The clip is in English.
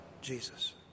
Jesus